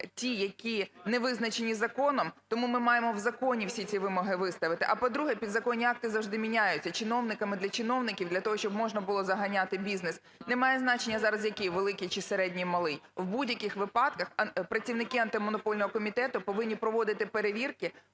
ті, які не визначені законом, тому ми маємо в законі всі ці вимоги виставити. А, по-друге, підзаконні акти завжди міняються чиновниками для чиновників для того, щоб можна було заганяти бізнес. Не має значення зараз, який: великий чи середній, малий, в будь-яких випадках працівники Антимонопольного комітету повинні проводити перевірки